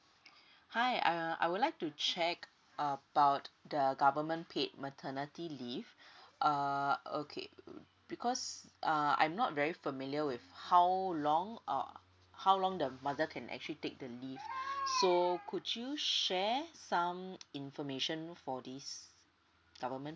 hi uh I would like to check about the government paid maternity leave uh okay oo because uh I'm not very familiar with how long err how long the mother can actually take the leave so could you share some information for this government